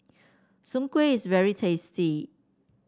Soon Kueh is very tasty